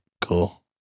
cool